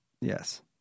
Yes